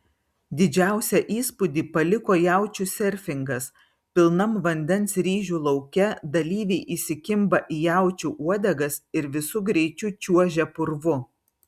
didžiausią įspūdį paliko jaučių serfingas pilnam vandens ryžių lauke dalyviai įsikimba į jaučių uodegas ir visu greičiu čiuožia purvu